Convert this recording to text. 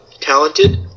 talented